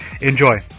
Enjoy